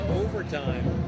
overtime